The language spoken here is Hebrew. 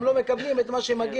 גם לא מקבלים את מה שמגיע,